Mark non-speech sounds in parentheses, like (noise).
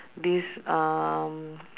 this um (noise)